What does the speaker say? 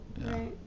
Right